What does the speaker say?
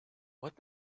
what